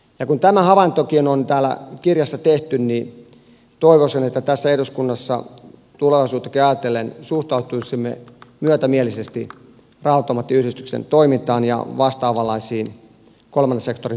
ja kun tämä havaintokin on täällä kirjassa tehty niin toivoisin että tässä eduskunnassa tulevaisuuttakin ajatellen suhtautuisimme myötämielisesti raha automaattiyhdistyksen toimintaan ja vastaavanlaisiin kolmannen sektorin tukijoihin